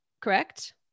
Correct